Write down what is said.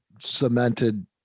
cemented